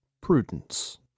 prudence